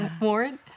Warren